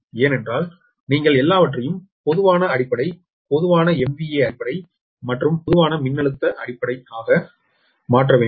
ஏனென்றால் நீங்கள் எல்லாவற்றையும் பொதுவான அடிப்படை பொதுவான MVA அடிப்படை மற்றும் பொதுவான மின்னழுத்த அடிப்படை ஆக மாற்ற வேண்டும்